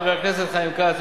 חבר הכנסת חיים כץ,